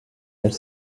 elle